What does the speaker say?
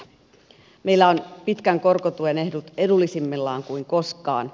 meillä on pitkän korkotuen ehdot edullisimmillaan koskaan